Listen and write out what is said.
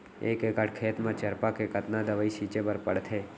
एक एकड़ खेत म चरपा के कतना दवई छिंचे बर पड़थे?